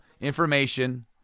information